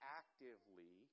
actively